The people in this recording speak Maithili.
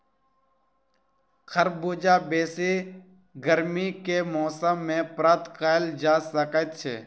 खरबूजा बेसी गर्मी के मौसम मे प्राप्त कयल जा सकैत छै